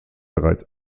bereits